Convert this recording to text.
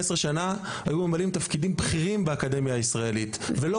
שנה הם היו ממלאים תפקידים בכירים באקדמיה הישראלית ולא